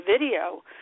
video